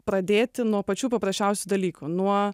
pradėti nuo pačių paprasčiausių dalykų nuo